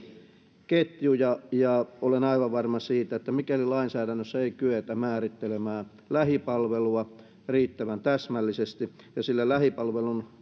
palveluketjuja olen aivan varma siitä että mikäli lainsäädännössä ei kyetä määrittelemään lähipalvelua riittävän täsmällisesti ja lähipalvelun